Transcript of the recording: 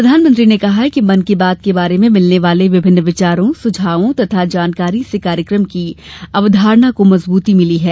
प्रधानमंत्री ने कहा है कि मन की बात के बारे में मिलने वाले विभिन्न विचारों सुझावों तथा जानकारी से कार्यक्रम की अवधारणा को मजबूती मिली है